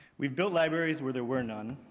we build libraries where there were none,